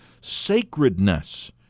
sacredness